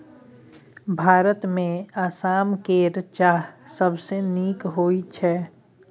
भारतमे आसाम केर चाह सबसँ नीक होइत छै